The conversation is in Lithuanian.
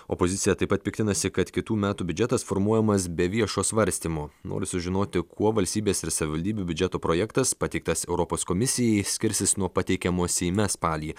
opozicija taip pat piktinasi kad kitų metų biudžetas formuojamas be viešo svarstymo nori sužinoti kuo valstybės ir savivaldybių biudžetų projektas pateiktas europos komisijai skirsis nuo pateikiamo seime spalį